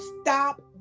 stop